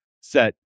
set